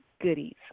Goodies